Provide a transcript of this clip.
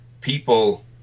people